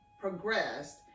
progressed